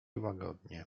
łagodnie